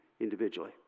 individually